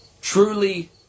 truly